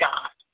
God